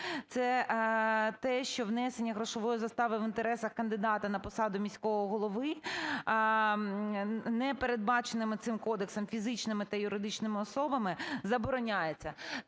це те, що внесення грошової застави в інтересах кандидата на посаду міського голови не передбаченими цим кодексом фізичними та юридичними особами забороняється.